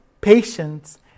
patience